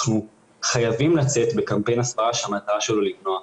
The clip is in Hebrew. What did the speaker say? אנחנו חייבים לצאת בקמפיין הסברה שהמטרה שלו למנוע,